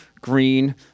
green